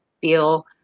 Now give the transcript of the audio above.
feel